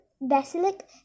basilic